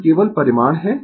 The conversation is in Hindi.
यह केवल परिमाण है